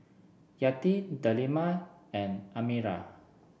Yati Delima and Amirah